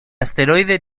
asteroide